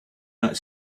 that